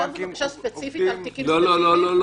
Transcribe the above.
אפשר בבקשה ספציפית על תיקים --- לא לא אליסה,